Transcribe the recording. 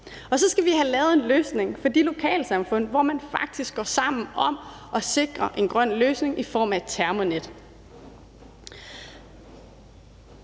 Og så skal vi have lavet en løsning for de lokalsamfund, hvor man faktisk går sammen om at sikre en grøn løsning i form af et termonet.